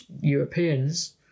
Europeans